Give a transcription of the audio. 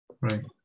Right